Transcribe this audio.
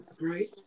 Right